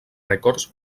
rècords